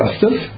justice